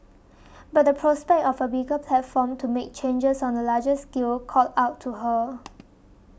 but the prospect of a bigger platform to make changes on a larger scale called out to her